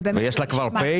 יש לה כבר פ'.